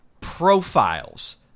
profiles